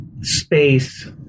space